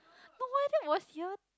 no !wah! that was year